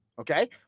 okay